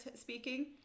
speaking